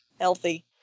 healthy